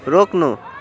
रोक्नु